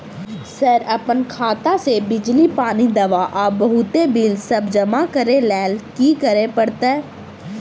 Sir अप्पन खाता सऽ बिजली, पानि, दवा आ बहुते बिल सब जमा करऽ लैल की करऽ परतै?